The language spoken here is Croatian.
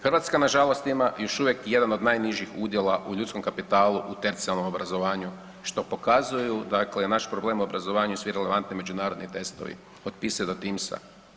Hrvatska nažalost ima još uvijek jedan od najnižih udjela u ljudskom kapitalu u tercijarnom obrazovanju, što pokazuju dakle naš problem je u obrazovanju i svi relevantni međunarodni testovi potpisuju do Timsa.